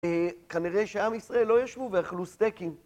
כנראה שעם ישראל לא ישבו ואכלו סטייקים.